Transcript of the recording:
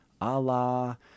Allah